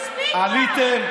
מספיק כבר.